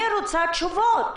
אני רוצה תשובות,